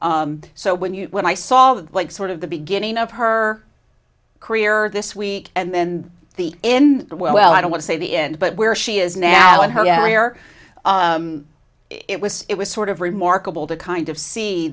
so when you when i saw the like sort of the beginning of her career this week and then the in the well i don't want to say the end but where she is now in her diary or it was it was sort of remarkable to kind of see